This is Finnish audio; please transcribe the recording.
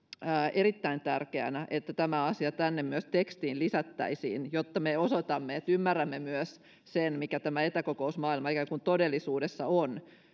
erittäin tärkeänä että tämä asia myös tänne tekstiin lisättäisiin jotta me osoitamme että ymmärrämme myös sen mikä tämä etäkokousmaailma ikään kuin todellisuudessa on